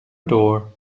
door